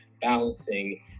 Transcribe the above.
balancing